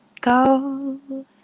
go